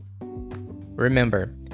Remember